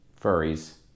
furries